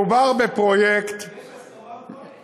מדובר בפרויקט, יש הסכמה כבר?